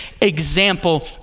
example